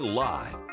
live